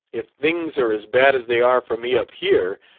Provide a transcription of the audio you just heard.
if things are as bad as they are for me up here,